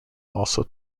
also